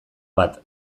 bat